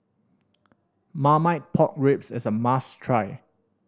Marmite Pork Ribs is a must try